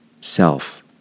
self